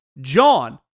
JOHN